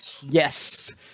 Yes